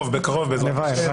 וטורי.